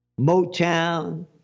Motown